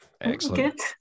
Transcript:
Excellent